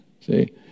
See